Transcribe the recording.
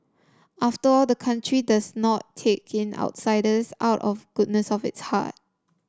after all the country does not take in outsiders out of goodness of its heart